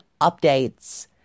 updates